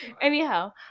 anyhow